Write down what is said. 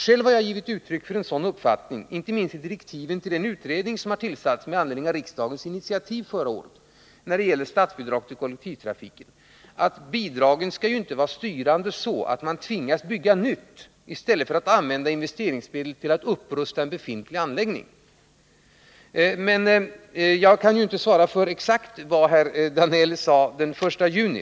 Själv har jag gett uttryck för en sådan uppfattning, inte minst i direktiven till den utredning som har tillsatts med anledning av riksdagens initiativ förra året när det gäller statsbidrag till kollektivtrafik. Jag har anfört att bidragen inte skall vara styrande, så att man tvingas bygga nytt i stället för att använda investeringsmedel för att upprusta befintliga anläggningar. Jag kan allså inte svara för exakt vad herr Danell sade den 1 juni.